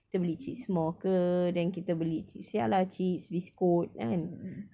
kita beli chipsmore ke then kita beli chips ya lah chips biskut kan